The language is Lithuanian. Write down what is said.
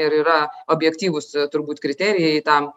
ir yra objektyvūs turbūt kriterijai tam